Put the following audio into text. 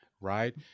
right